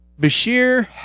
Bashir